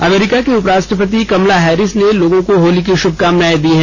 अमरीका की उपराष्ट्रपति Kamala Harris ने लोगों को होली की श्भकामनाएं दी हैं